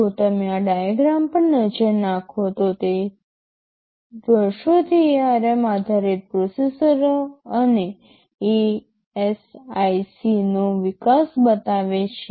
જો તમે આ ડાયાગ્રામ પર નજર નાખો તો તે વર્ષોથી ARM આધારિત પ્રોસેસરો અને ASIC નો વિકાસ બતાવે છે